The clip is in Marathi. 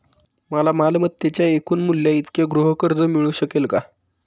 मला मालमत्तेच्या एकूण मूल्याइतके गृहकर्ज मिळू शकेल का?